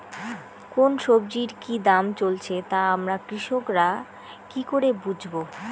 কোন সব্জির কি দাম চলছে তা আমরা কৃষক রা কি করে বুঝবো?